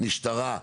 במשטרה,